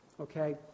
okay